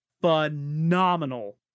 phenomenal